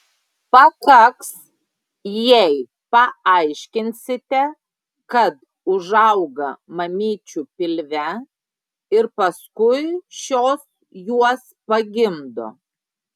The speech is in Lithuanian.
pakaks jei paaiškinsite kad užauga mamyčių pilve ir paskui šios juos pagimdo